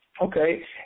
Okay